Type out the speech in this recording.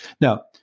Now